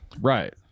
Right